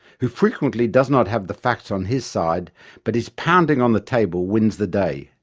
who frequently does not have the facts on his side but his pounding on the table wins the day,